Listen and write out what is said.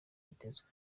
yitezwe